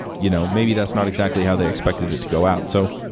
you know maybe that's not exactly how they expected it to go out. so,